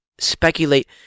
speculate